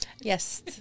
Yes